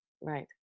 right